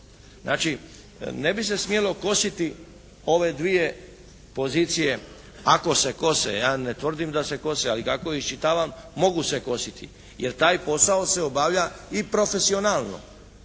Znači, ne bi se smjelo kositi ove dvije pozicije ako se kose, ja ne tvrdim da se kose ali kako iščitavam mogu se kositi jer taj posao se obavlja i profesionalno.